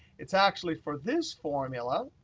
it's actually for this formula,